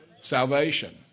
Salvation